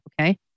okay